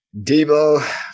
Debo